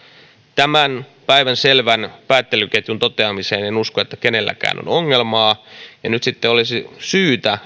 tämän päivänselvän päättelyketjun toteamisessa en en usko kenelläkään olevan ongelmaa ja nyt sitten olisi syytä